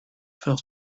felt